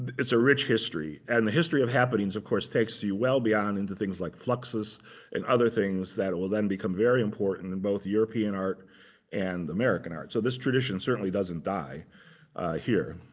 it's a rich history. and the history of happenings, of course, takes you well beyond into things like fluxes and other things that will then become very important in both european art and american art. so this tradition certainly doesn't die here.